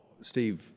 Steve